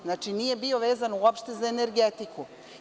Znači, nije bio vezan uopšte za energetiku.